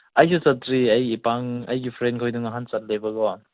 ꯑꯩꯁꯨ ꯆꯠꯇ꯭ꯔꯤ ꯑꯩꯒꯤ ꯏꯄꯥꯡ ꯑꯩꯒꯤ ꯐ꯭ꯔꯦꯟ ꯈꯣꯏꯗꯣ ꯉꯍꯥꯟ ꯆꯠꯂꯦꯕꯀꯣ